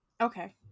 Okay